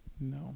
No